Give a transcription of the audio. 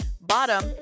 bottom